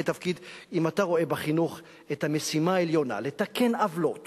אם אתה רואה בחינוך את המשימה העליונה לתקן עוולות